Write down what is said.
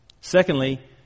Secondly